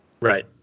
Right